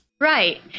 Right